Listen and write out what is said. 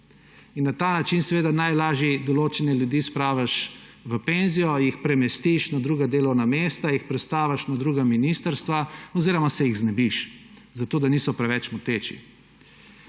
in na ta način najlažje določene ljudi spraviš v penzijo, jih premestiš na druga delovna mesta, jih prestaviš na druga ministrstva oziroma se jih znebiš, zato da niso preveč moteči.